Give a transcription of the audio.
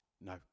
No